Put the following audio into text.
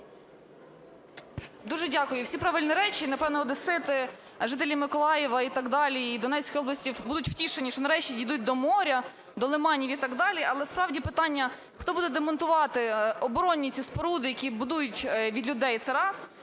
Дуже дякую. Всі правильні речі. Напевно, одесити, жителі Миколаєва і так далі, і Донецької області будуть втішені, що нарешті дійдуть до моря, до лиманів і так далі. Але справді питання: хто буде демонтувати оборонні ці споруди, які будують від людей? Це раз.